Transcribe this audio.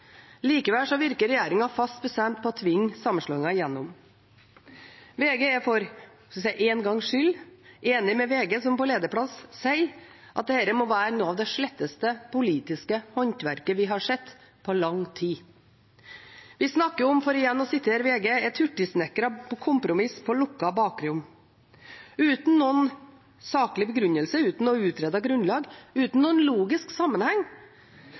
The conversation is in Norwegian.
Likevel virker regjeringen fast bestemt på å tvinge sammenslåingen gjennom. Jeg er for en gangs skyld enig med VG, som på lederplass sier at dette «må være noe av det sletteste politiske håndverket på lang tid». Vi snakker om – for igjen å sitere VG – «hurtigsnekrede kompromisser på lukkede bakrom». Uten noen saklig begrunnelse, uten noe utredet grunnlag, uten noen logisk sammenheng